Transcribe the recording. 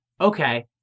Okay